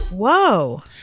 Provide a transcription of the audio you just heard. Whoa